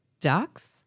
ducks